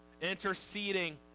interceding